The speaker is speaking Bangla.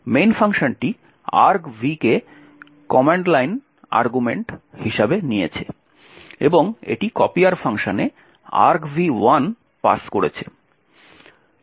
main ফাংশনটি argv কে কমান্ড লাইন আর্গুমেন্ট হিসাবে নিয়েছে এবং এটি কপিয়ার ফাংশনে argv1 পাস করেছে